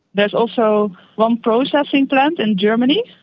there's also one processing plant in germany,